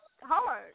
hard